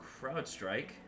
CrowdStrike